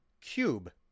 cube